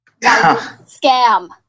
Scam